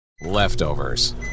Leftovers